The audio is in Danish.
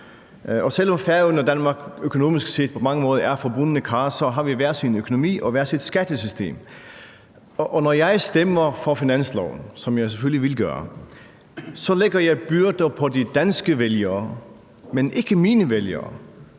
selv om Færøerne og Danmark økonomisk set på mange måder er forbundne kar, har vi hver vores økonomi og hvert vores skattesystem. Og når jeg stemmer for finansloven, som jeg selvfølgelig vil gøre, så lægger jeg byrder på de danske vælgere, men ikke på mine vælgere,